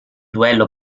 duello